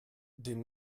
dem